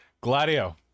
Gladio